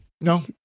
no